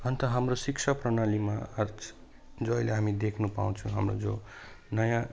अन्त हाम्रो शिक्षा प्रणालीमा आर्च जो अहिले हामी देख्नु पाउँछौँ हाम्रो जो नयाँ